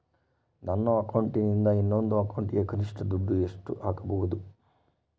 ನನ್ನ ಅಕೌಂಟಿಂದ ಇನ್ನೊಂದು ಅಕೌಂಟಿಗೆ ಕನಿಷ್ಟ ಎಷ್ಟು ದುಡ್ಡು ಹಾಕಬಹುದು?